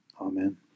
Amen